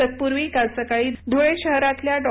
तत्पूर्वी काल सकाळी धुळे शहरातल्या डॉ